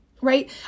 right